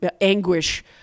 anguish